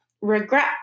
regret